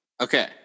Okay